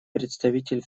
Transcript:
представитель